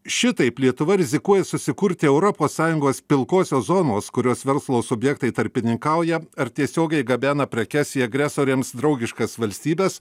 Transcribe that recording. šitaip lietuva rizikuoja susikurti europos sąjungos pilkosios zonos kurios verslo subjektai tarpininkauja ar tiesiogiai gabena prekes į agresoriams draugiškas valstybes